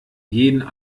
jeden